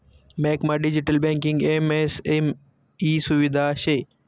बँकमा digital banking MSME सुविधा शे